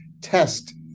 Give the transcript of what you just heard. test